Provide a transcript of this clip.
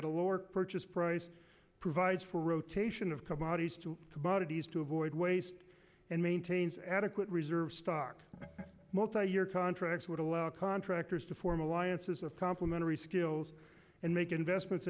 lower purchase price provide as for rotation of commodities to bodies to avoid waste and maintains adequate reserve stock multi year contracts would allow contractors to form alliances of complimentary skills and make investments